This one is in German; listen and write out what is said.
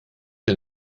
der